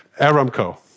Aramco